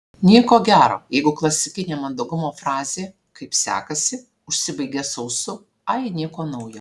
nieko gero jeigu klasikinė mandagumo frazė kaip sekasi užsibaigia sausu ai nieko naujo